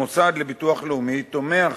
המוסד לביטוח לאומי תומך